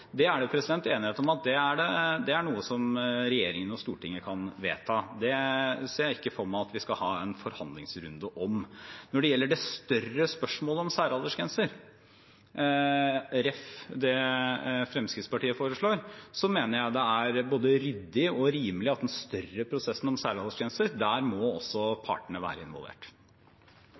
Det er det enighet om er noe regjeringen og Stortinget kan vedta. Det ser jeg ikke for meg at vi skal ha en forhandlingsrunde om. Når det gjelder det større spørsmålet om særaldersgrenser, med referanse til det Fremskrittspartiet foreslår, mener jeg det er både ryddig og rimelig at i den større prosessen om særaldersgrenser må også partene være involvert.